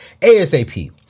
ASAP